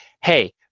hey